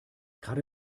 gerade